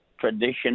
tradition